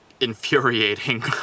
infuriating